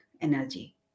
energy